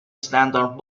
standard